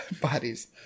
bodies